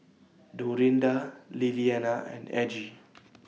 Dorinda Lilianna and Aggie